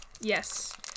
Yes